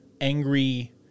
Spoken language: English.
angry